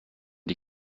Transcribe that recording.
die